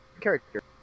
character